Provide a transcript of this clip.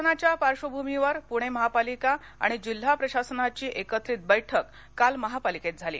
कोरोनाच्या पार्श्वभूमीवर पुणे महापालिका आणि जिल्हा प्रशासनाची एकत्रित बैठक काल महापालिकेत झाली